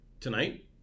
Tonight